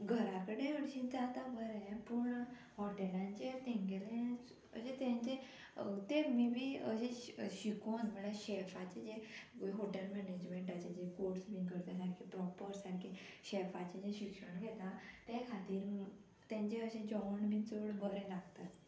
घरा कडे अरशीं जाता बरें पूण हॉटेलान जें तेंगेले अशें तेंचे ते मेबी अशे शिकोन म्हळ्यार शेफाचे जे हॉटेल मॅनेजमेंटाचे जे कोर्स बीन करता सारके प्रोपर सारके शेफाचे जे शिक्षण घेता तें खातीर तेंचे अशें जेवण बीन चड बरें लागता आसतलें